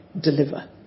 deliver